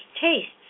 tastes